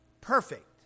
perfect